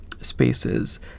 spaces